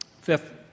Fifth